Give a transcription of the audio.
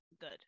good